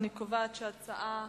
הצעת